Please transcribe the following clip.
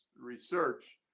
research